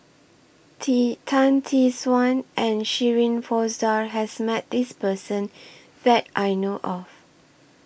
Tee Tan Tee Suan and Shirin Fozdar has Met This Person that I know of